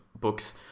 books